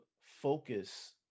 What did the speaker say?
focus